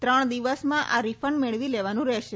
ત્રણ દિવસમાં આ રીફંડ મેળવી લેવાનું રહેશે